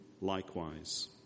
likewise